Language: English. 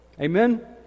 Amen